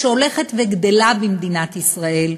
שהולכת וגדלה במדינת ישראל,